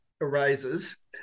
arises